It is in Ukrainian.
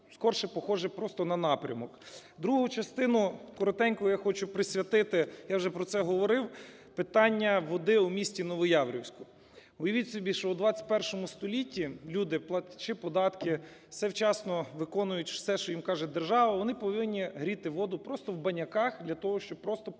скорше, похоже просто на напрямок. Другу частину коротеньку я хочу присвятити, я вже про це говорив, питання води у місті Новояворівську. Уявіть собі, що у ХХІ столітті люди платячи податки, все вчасно виконують, все, що їм каже держава, вони повинні гріти воду просто в баняках для того, щоб просто помитися.